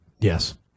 Yes